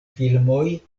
filmoj